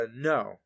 No